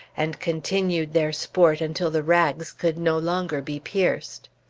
and continued their sport until the rags could no longer be pierced.